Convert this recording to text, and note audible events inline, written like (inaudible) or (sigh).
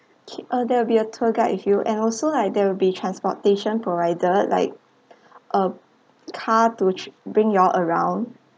okay uh there will be a tour guide with you and also like there will be transportation provided like a car to (noise) bring you all around